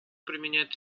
применяет